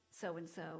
so-and-so